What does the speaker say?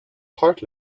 part